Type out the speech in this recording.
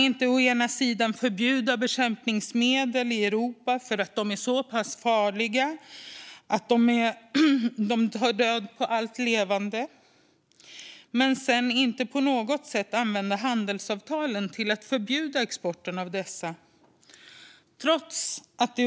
Vi kan inte förbjuda bekämpningsmedel i Europa för att de är så pass farliga att de tar död på allt levande och sedan inte använda handelsavtalen till att förbjuda exporten av dessa.